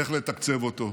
איך לתקצב אותו?